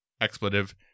expletive